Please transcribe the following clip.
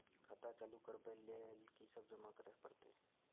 खाता चालू करबै लेल की सब जमा करै परतै?